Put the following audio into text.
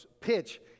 pitch